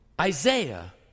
Isaiah